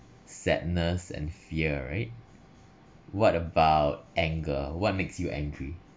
sadness and fear right what about anger what makes you angry